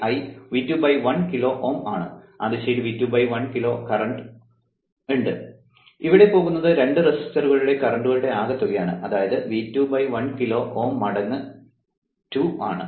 ആ ദിശയിൽ V2 1 kilo Ω current ഉണ്ട് ഇവിടെ പോകുന്നത് 2 റെസിസ്റ്ററുകളിലെ കറന്റ്കളുടെ ആകെത്തുകയാണ് അതായത് V2 1 കിലോ Ω മടങ്ങ് 2 ആണ്